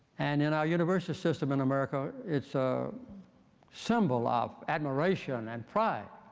and in our university system in america, it's a symbol of admiration and pride,